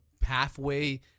pathway